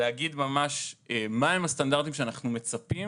להגיד ממש מה הם הסטנדרטים שאנחנו מצפים